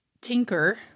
tinker